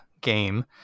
game